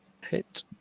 Hit